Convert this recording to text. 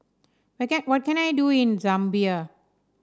what can I do in Zambia